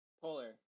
polar